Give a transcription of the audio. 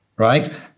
Right